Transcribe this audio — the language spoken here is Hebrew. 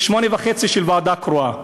וחצי שנים של ועדה קרואה.